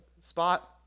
spot